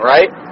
Right